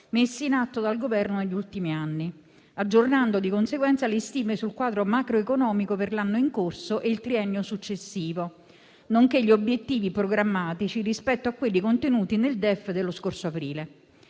messi in atto dal Governo negli ultimi anni, aggiornando di conseguenza le stime sul quadro macroeconomico per l'anno in corso e il triennio successivo, nonché gli obiettivi programmatici rispetto a quelli contenuti nel DEF dello scorso aprile.